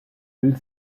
will